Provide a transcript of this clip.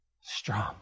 strong